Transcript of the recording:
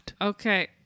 Okay